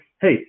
hey